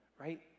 right